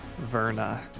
Verna